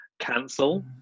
cancel